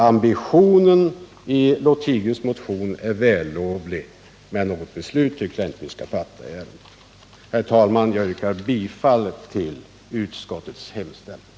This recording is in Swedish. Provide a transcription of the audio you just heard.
Ambitionen i motionen är vällovlig, men något beslut tycker jag inte att vi skall fatta i ärendet. Herr talman! Jag yrkar bifall till utskottets hemställan.